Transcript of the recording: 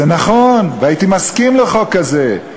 זה נכון, והייתי מסכים לחוק כזה.